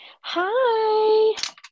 Hi